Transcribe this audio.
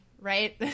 right